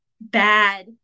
bad